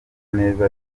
neza